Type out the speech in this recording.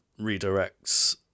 redirects